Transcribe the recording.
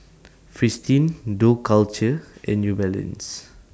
Fristine Dough Culture and New Balance